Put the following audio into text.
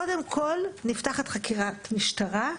קודם כל נפתחת חקירת משטרה,